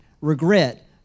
Regret